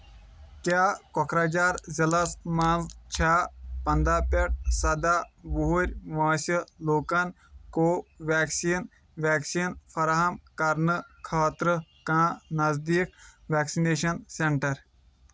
کیٛاہ کوکرٛاجھار ضلعس مَنٛز چھا پَنٛداہ پٮ۪ٹھ سَداہ وُہُر وٲنٛسہِ لوکَن کو ویٚکسیٖن ویکسیٖن فراہم کرنہٕ خٲطرٕ کانٛہہ نزدیٖک ویکسِنیشن سینٹر ؟